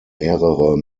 mehrere